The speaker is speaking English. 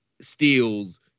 steals